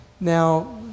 Now